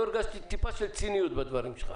לא הרגשתי טיפה של ציניות בדברים שלך.